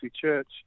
church